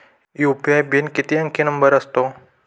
UPI PIN हा किती अंकी नंबर असतो?